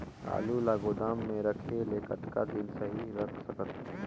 आलू ल गोदाम म रखे ले कतका दिन सही रख सकथन?